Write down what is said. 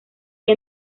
que